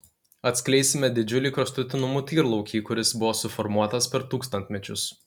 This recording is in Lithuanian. atskleisime didžiulį kraštutinumų tyrlaukį kuris buvo suformuotas per tūkstantmečius